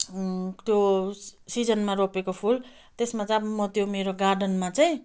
त्यो सिजनमा रोपेको फुल त्यसमा चाहिँ अब त्यो मेरो गार्डनमा चाहिँ